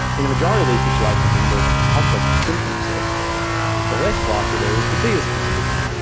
in the majority of these situations and the more complex the symptom sets the less likely there is to be a specific thing.